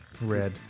red